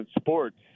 sports